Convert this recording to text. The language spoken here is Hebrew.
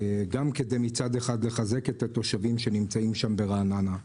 גם מצד אחד כדי לחזק את התושבים שנמצאים שם ברעננה,